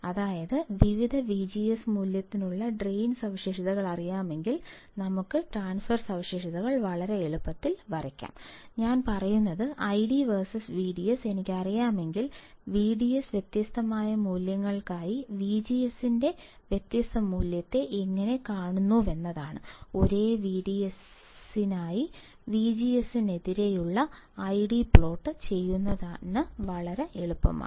അതായത് വിവിധ VGS മൂല്യത്തിലുള്ള ഡ്രെയിൻ സവിശേഷതകൾ അറിയാമെങ്കിൽ നമുക്ക് ട്രാൻസ്ഫർ സവിശേഷതകൾ വളരെ എളുപ്പത്തിൽ വരയ്ക്കാം ഞാൻ പറയുന്നത് ID versus VDS എനിക്കറിയാമെങ്കിൽ VDS വ്യത്യസ്ത മൂല്യങ്ങൾക്കായി VGSന്റെ വ്യത്യസ്ത മൂല്യത്തെ എങ്ങനെ കാണുന്നുവെന്നതാണ് ഒരേ വിഡിഎസിനായി വിജിഎസിനെതിരെയുള്ള ഐഡി പ്ലോട്ട് ചെയ്യുന്നത് വളരെ എളുപ്പമാണ്